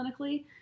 clinically